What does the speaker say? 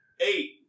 Eight